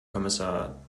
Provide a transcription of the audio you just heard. kommissar